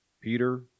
Peter